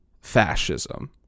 fascism